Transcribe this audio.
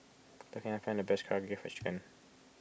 where can I find the best Karaage Fried Chicken